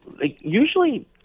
usually